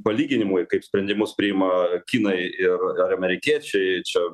palyginimui kaip sprendimus priima kinai ir ar amerikiečiai čia